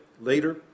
later